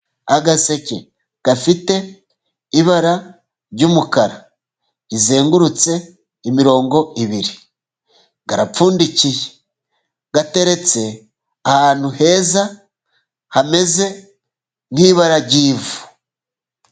Agaseke gafite ibara ry'umukara rizengurutse imirongo ibiri karapfundikiye gateretse ahantu heza hameze nk'ibara ry'ivu.